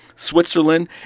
Switzerland